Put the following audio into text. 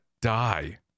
die